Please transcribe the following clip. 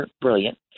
Brilliant